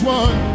one